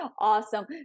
Awesome